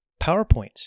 PowerPoints